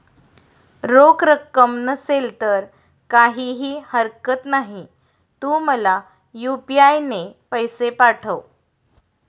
रोख रक्कम नसेल तर काहीही हरकत नाही, तू मला यू.पी.आय ने पैसे पाठव